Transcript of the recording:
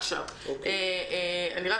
נאמר